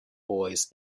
boys